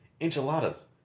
enchiladas